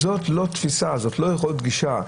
זאת לא התפיסה, זו לא יכולה להיות הגישה.